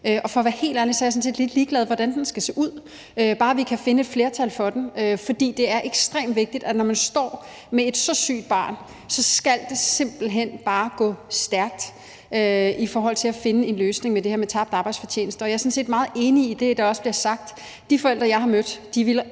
For at være helt ærlig er jeg sådan set lidt ligeglad med, hvordan den skal se ud, bare vi kan finde et flertal for den. For det er ekstremt vigtigt, at når man står med et så sygt barn, skal det simpelt hen bare gå stærkt i forhold til at finde en løsning på det her med tabt arbejdsfortjeneste. Jeg er sådan set meget enig i det, der også bliver sagt. De forældre, jeg har mødt, ville